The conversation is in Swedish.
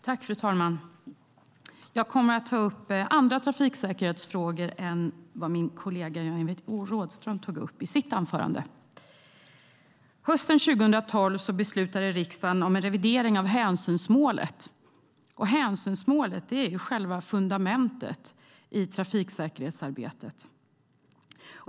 Fru talman! Jag kommer att ta upp andra trafiksäkerhetsfrågor än vad min kollega Jan-Evert Rådhström tog upp i sitt anförande. Hösten 2012 beslutade riksdagen om en revidering av hänsynsmålet. Hänsynsmålet är själva fundamentet i trafiksäkerhetsarbetet.